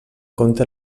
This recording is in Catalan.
compte